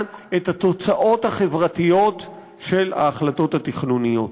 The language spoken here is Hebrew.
את התוצאות החברתיות של ההחלטות התכנוניות,